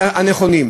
הנכונים.